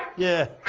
yeah.